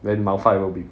then malphite will be